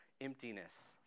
emptiness